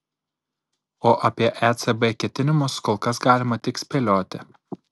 o apie ecb ketinimus kol kas galima tik spėlioti